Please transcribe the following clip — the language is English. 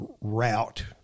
route